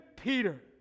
Peter